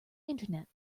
internet